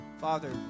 Father